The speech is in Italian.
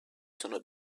sono